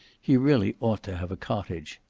he really ought to have a cottage.